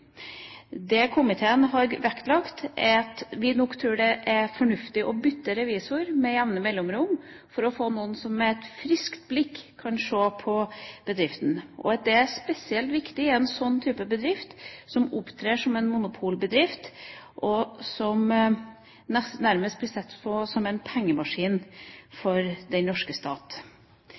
Det komiteen har vektlagt, er at vi nok tror det er fornuftig å bytte revisor med jevne mellomrom for å få noen som med et friskt blikk kan se på bedriften. Det er spesielt viktig i en slik bedrift, som opptrer som en monopolbedrift, og som nærmest blir sett på som en pengemaskin for den norske stat.